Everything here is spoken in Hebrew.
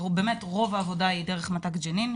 באמת רוב העבודה היא דרך מת"ק ג'נין,